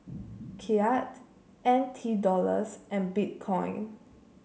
Kyat N T Dollars and Bitcoin